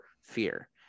fear